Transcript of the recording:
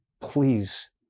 please